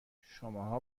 شماها